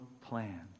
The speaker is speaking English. plan